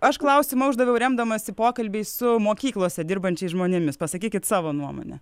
aš klausimą uždaviau remdamasi pokalbiais su mokyklose dirbančiais žmonėmis pasakykit savo nuomonę